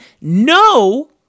no